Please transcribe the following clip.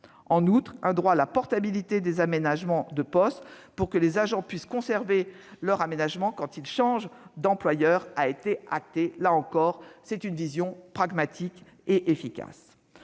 En outre, un droit à la portabilité des aménagements de poste, pour que les agents puissent conserver leur aménagement lorsqu'ils changent d'employeur, a été entériné. Là encore, cette proposition relève d'une vision pragmatique et efficace.